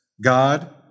God